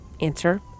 Answer